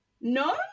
No